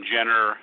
Jenner